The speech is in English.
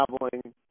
traveling